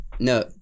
No